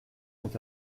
sont